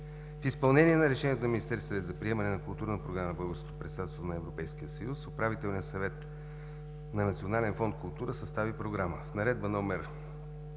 В изпълнение на решението на Министерския съвет за приемане на културна програма на Българското председателство на Европейския съюз Управителният съвет на Национален фонд „Култура“ състави програма. Наредба №